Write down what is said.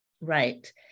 Right